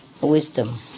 wisdom